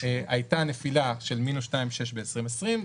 הייתה נפילה של 2.6%- ב-2020,